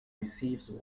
receives